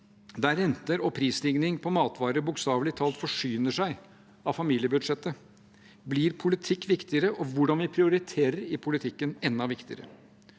da renter og prisstigning på matvarer bokstavelig talt forsyner seg av familiebudsjettet, blir politikk viktigere – og hvordan vi prioriterer i politikken, enda viktigere.